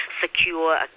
secure